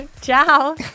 Ciao